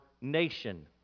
nation